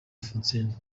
alphonsine